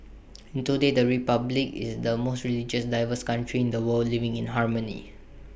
and today the republic is the most religiously diverse country in the world living in harmony